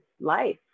life